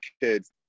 kids